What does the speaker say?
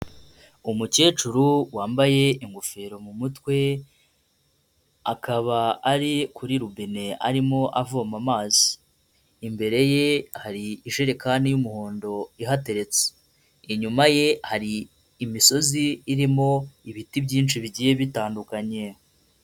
Umukecuru wambaye ingofero mu mutwe, akaba ari kuri robine arimo avoma amazi, imbere ye hari ijerekani y'umuhondo ihateretse, inyuma ye hari imisozi irimo ibiti byinshi bigiye bitandukanye.